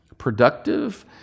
Productive